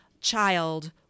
child